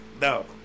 no